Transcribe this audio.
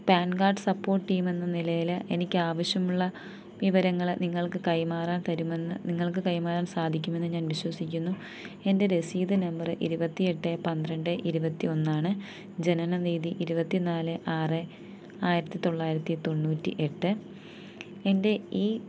pan card support ടീമെന്ന നിലയിൽ എനിക്കാവശ്യമുള്ള വിവരങ്ങൾ നിങ്ങൾക്ക് കൈമാറാൻ തരുമെന്ന് നിങ്ങൾക്ക് കൈമാറാൻ സാധിക്കുമെന്ന് ഞാൻ വിശ്വസിക്കുന്നു എൻ്റെ രസീത് നമ്പറ് ഇരുപത്തി എട്ട് പന്ത്രണ്ട് ഇരുപത്തി ഒന്നാണ് ജനന തീയതി ഇരുപത്തി നാല് ആറ് ആയിരത്തി തൊള്ളായിരത്തി തൊണ്ണൂറ്റി എട്ട് എൻ്റെ ഈ